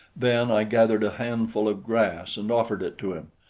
then i gathered a handful of grass and offered it to him,